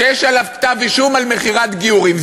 שיש עליו כתב-אישום על מכירת גיורים,